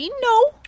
No